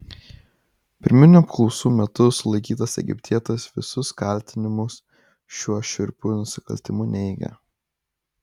pirminių apklausų metu sulaikytas egiptietis visus kaltinimus šiuo šiurpiu nusikaltimu neigia